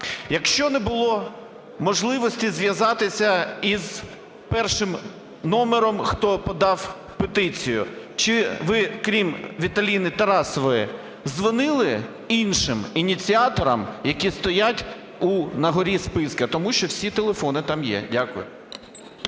Якщо не було можливості зв'язатися із першим номером, хто подав петицію... Чи ви, крім Віталіни Тарасової, дзвонили іншим ініціаторам, які стоять нагорі списку? Тому що всі телефони там є. Дякую.